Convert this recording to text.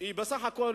בסך הכול